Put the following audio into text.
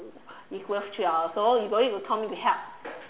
it's worth three dollars so you don't need to tell me to help